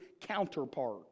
counterpart